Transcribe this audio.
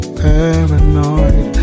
paranoid